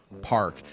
Park